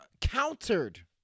countered